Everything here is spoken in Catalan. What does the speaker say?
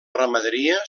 ramaderia